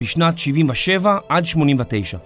בשנת 77 עד 89